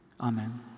Amen